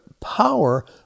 power